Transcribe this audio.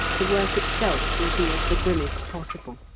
the work itself will be of the grimmest possible,